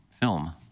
film